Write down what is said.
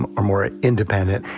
and are more independent.